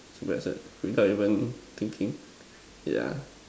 simple as that without even thinking yeah